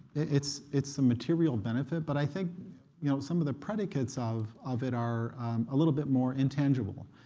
it's it's the material benefit. but i think you know some of the predicates of of it are a little bit more intangible.